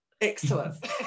Excellent